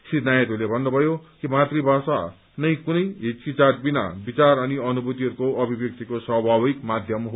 श्री नायडूले भन्नुमयो कि मातृभाषानै कुनै हिच्किचाहट बिना विचार अनि अनुभूतिहरूको अभिब्यक्तिको स्वाभाविक माध्यम हो